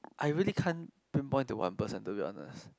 I really can't pinpoint to one person to be honest